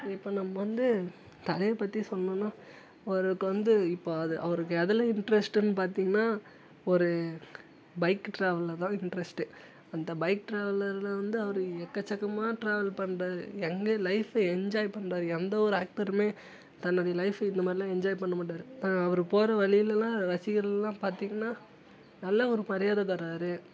இப்போ நம்ம வந்து தலையை பற்றி சொல்லணும்னா அவருக்கு வந்து இப்போ அது அவருக்கு எதில் இண்ட்ரெஸ்ட்டுன்னு பார்த்தீங்கன்னா ஒரு பைக்கு ட்ராவலில் தான் இண்ட்ரெஸ்ட்டு அந்த பைக் ட்ராவலில் வந்து அவர் எக்க சக்கமாக ட்ராவல் பண்ணுறரு எங்கே லைஃபே என்ஜாய் பண்ணுறாரு எந்த ஒரு ஆக்ட்டருமே தன்னுடைய லைஃப் இந்த மாதிரிலாம் என்ஜாய் பண்ண மாட்டார் தான் அவர் போகற வழிலலாம் ரசிகர்கள் எல்லாம் பார்த்தீங்கன்னா நல்ல ஒரு மரியாதை தர்றார்